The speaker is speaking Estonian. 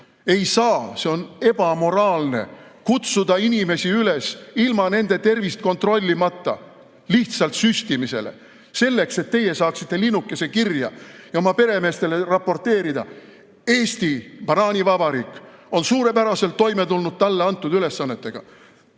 saa! See on ebamoraalne kutsuda inimesi üles ilma nende tervist kontrollimata lihtsalt süstimisele, selleks et teie saaksite linnukese kirja ja oma peremeestele raporteerida: Eesti banaanivabariik on suurepäraselt toime tulnud talle antud ülesannetega.